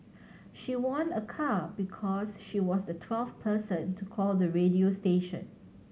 she won a car because she was the twelfth person to call the radio station